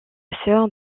sœur